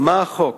מה החוק?